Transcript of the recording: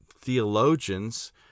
theologians